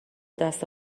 دست